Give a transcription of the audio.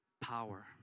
Power